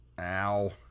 Ow